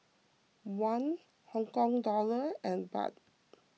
Won Hong Kong dollar and Baht